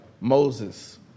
Moses